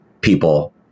people